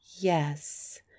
yes